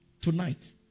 Tonight